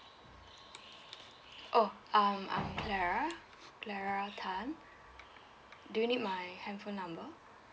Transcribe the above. oh um I'm clara clara tan do you need my handphone number